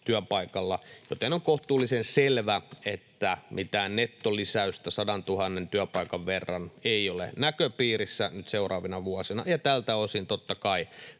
työpaikalla, joten on kohtuullisen selvä, että mitään nettolisäystä 100 000 työpaikan verran ei ole näköpiirissä nyt seuraavina vuosina. Tältä osin totta kai